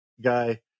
guy